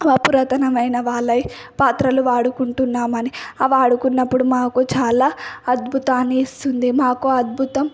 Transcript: ఆ పురాతనమైన వాళ్ళవి పాత్రలు వాడుకుంటున్నామని ఆ వాడుకున్నప్పుడు మాకు చాలా అద్భుతాన్ని ఇస్తుంది మాకు అద్భుతం